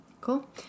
Cool